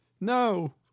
No